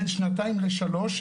בין שנתיים לשלוש שנים,